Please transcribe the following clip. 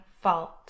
fault